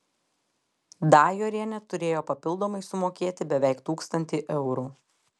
dajorienė turėjo papildomai sumokėti beveik tūkstantį eurų